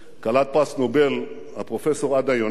כלת פרס נובל, פרופסור עדה יונת,